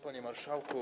Panie Marszałku!